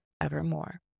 evermore